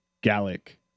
Gallic